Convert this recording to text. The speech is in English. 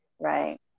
Right